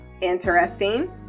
Interesting